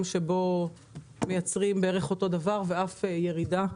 שבו מייצרים אותו דבר ויש גם ירידה.